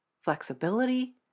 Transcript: flexibility